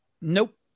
Nope